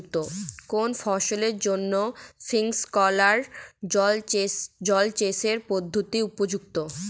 কোন ফসলের জন্য স্প্রিংকলার জলসেচ পদ্ধতি উপযুক্ত?